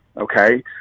Okay